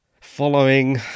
following